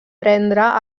prendre